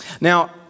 Now